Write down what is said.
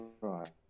Right